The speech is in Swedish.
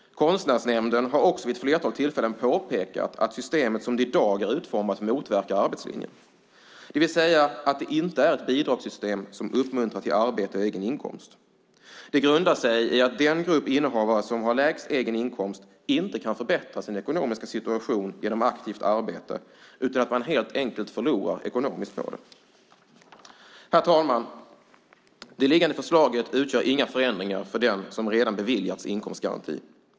Konstnärsnämnden har också vid ett flertal tillfällen påpekat att systemet, som det i dag är utformat, motverkar arbetslinjen, det vill säga att det inte är ett bidragssystem som uppmuntrar till arbete och egen inkomst. Det grundar sig i att den grupp innehavare som har lägst egen inkomst inte kan förbättra sin ekonomiska situation genom aktivt arbete. De förlorar helt enkelt ekonomiskt på det. Herr talman! Det liggande förslaget utgör inga förändringar för den som redan beviljats inkomstgaranti.